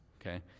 okay